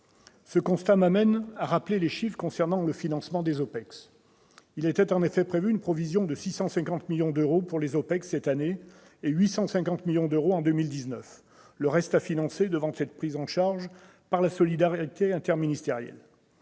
Ce constat m'amène à rappeler les chiffres concernant le financement des OPEX. Il était en effet prévu une provision de 650 millions d'euros pour les OPEX cette année et 850 millions d'euros en 2019, le reste à financer devant être pris en charge par la solidarité interministérielle.